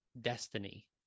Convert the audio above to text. destiny